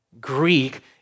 Greek